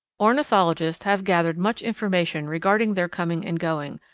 ornithologists have gathered much information regarding their coming and going,